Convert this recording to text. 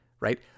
right